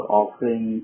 offering